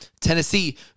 Tennessee